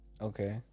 Okay